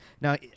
now